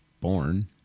born